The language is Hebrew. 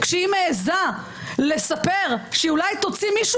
כשהיא מעזה לספר שאולי היא תוציא מישהו